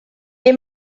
est